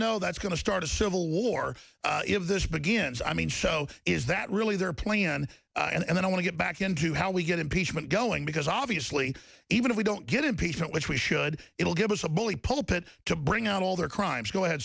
know that's going to start a civil war if this begins i mean show is that really they're playing on and then i want to get back into how we get impeachment going because obviously even if we don't get impeachment which we should it will give us a bully pulpit to bring out all their crimes go ahead